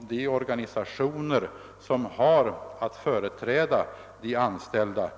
de organisationer som företräder de anställda.